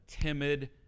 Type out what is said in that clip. timid